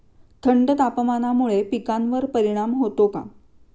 थंड तापमानामुळे पिकांवर परिणाम होतो का?